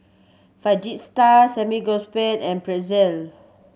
Fajitas and Pretzel